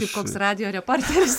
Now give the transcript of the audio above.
kaip koks radijo reporteris